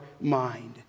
mind